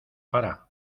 para